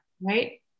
right